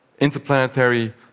interplanetary